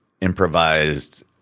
improvised